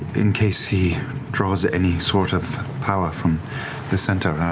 in case he draws any sort of power from the center.